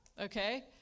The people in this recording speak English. Okay